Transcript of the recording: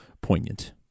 poignant